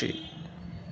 పక్షి